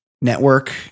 network